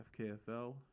FKFL